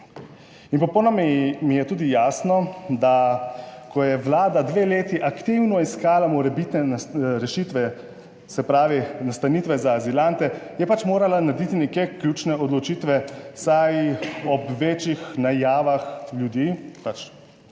In popolnoma mi je tudi jasno, da ko je Vlada dve leti aktivno iskala morebitne rešitve, se pravi, nastanitve za azilante, je pač morala narediti neke ključne odločitve, saj ob večjih najavah ljudi pač